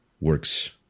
works